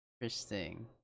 Interesting